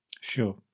sure